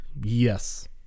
Yes